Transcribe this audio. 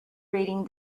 reading